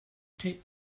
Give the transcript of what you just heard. tape